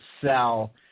sell